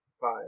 five